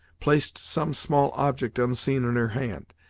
placed some small object unseen in her hand,